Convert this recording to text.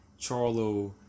Charlo